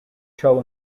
show